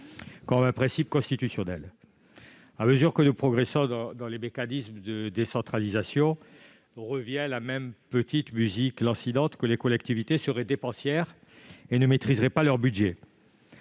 un principe constitutionnel. À mesure que nous progressons dans les mécanismes de décentralisation, nous entendons la même petite musique lancinante selon laquelle les collectivités seraient dépensières et qu'elles ne maîtriseraient pas leur budget.